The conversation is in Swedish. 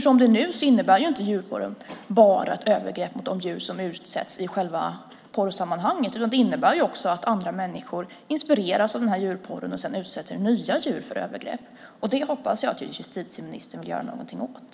Som det är nu innebär ju inte djurporr bara ett övergrepp mot de djur som utsätts i själva porrsammanhanget, utan det innebär också att andra människor inspireras av djurporren och sedan utsätter nya djur för övergrepp. Det hoppas jag att justitieministern vill göra någonting åt.